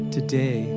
today